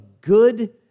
good